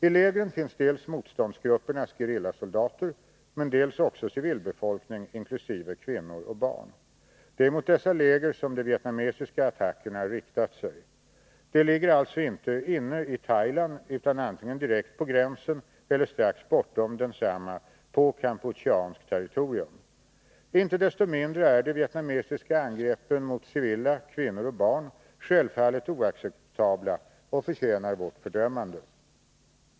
I lägren finns dels motståndsgruppernas gerillasoldater, men dels också civilbefolkning inkl. kvinnor och barn. Det är mot dessa läger som de vietnamesiska attackerna riktat sig. De ligger alltså inte inne i Thailand, utan antingen direkt på gränsen eller strax bortom densamma på kampucheanskt territorium. Inte desto mindre är de vietnamesiska angreppen mot civila, kvinnor och barn självfallet oacceptabla och förtjänar vårt fördömande.